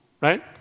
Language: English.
right